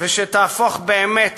ושתהפוך באמת